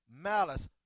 malice